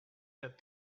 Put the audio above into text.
that